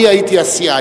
אני הייתי הסיעה,